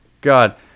God